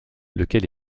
lequel